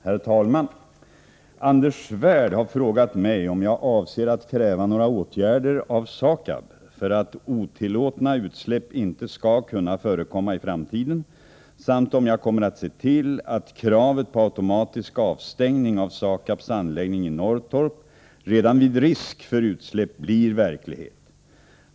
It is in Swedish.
Herr talman! Anders Svärd har frågat mig om jag avser att kräva några åtgärder av SAKAB för att otillåtna utsläpp inte skall kunna förekomma i framtiden samt om jag kommer att se till att kravet på automatisk avstängning av SAKAB:s anläggning i Norrtorp redan vid risk för utsläpp blir verklighet.